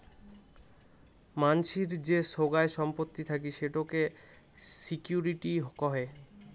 মানসির যে সোগায় সম্পত্তি থাকি সেটোকে সিকিউরিটি কহে